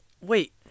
Wait